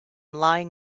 lying